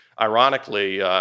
ironically